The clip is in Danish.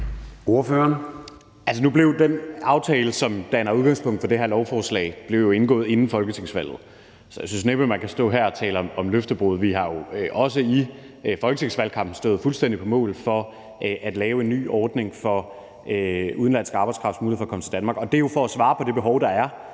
Nu blev den aftale, som danner udgangspunkt for det her lovforslag, indgået inden folketingsvalget, så jeg synes næppe, man kan stå her og tale om løftebrud. Vi har jo også i folketingsvalgkampen fuldstændig stået på mål for at lave en ny ordning for udenlandsk arbejdskrafts muligheder for at komme til Danmark, og det er jo for at svare på det behov, der er